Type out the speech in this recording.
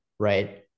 Right